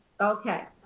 Okay